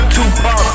Tupac